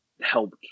helped